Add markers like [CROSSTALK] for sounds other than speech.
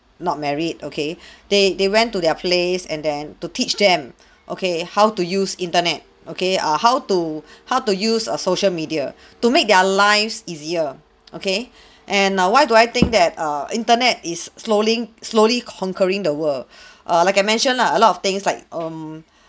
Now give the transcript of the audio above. not married okay [BREATH] they they went to their place and then to teach them [BREATH] okay how to use internet okay err how to [BREATH] how to use err social media [BREATH] to make their lives easier okay [BREATH] and why do I think that err internet is slowing slowly conquering the world [BREATH] err like I mentioned lah a lot of things like um [BREATH]